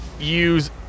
use